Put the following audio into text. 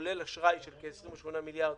כולל אשראי של כ-28 מיליארד,